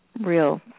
real